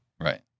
Right